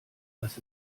was